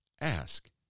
ask